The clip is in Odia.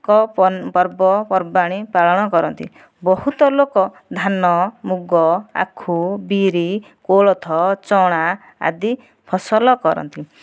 କ ପର୍ବପର୍ବାଣୀ ପାଳନ କରନ୍ତି ବହୁତ ଲୋକ ଧାନ ମୁଗ ଆଖୁ ବିରି କୋଳଥ ଚଣା ଆଦି ଫସଲ କରନ୍ତି